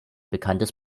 bekanntes